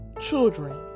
children